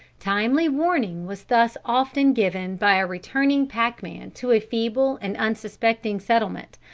timely warning was thus often given by a returning packman to a feeble and unsuspecting settlement,